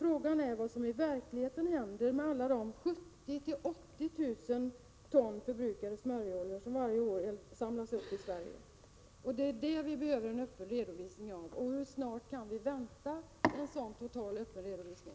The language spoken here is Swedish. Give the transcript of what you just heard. Frågan är vad som verkligen händer med alla de 70 000-80 000 ton förbrukad smörjolja som varje år samlas upp i Sverige. Där behöver vi en öppen redovisning. Hur snart kan vi vänta en totalt öppen redovisning?